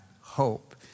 hope